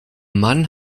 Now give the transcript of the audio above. mann